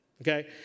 okay